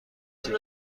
بچه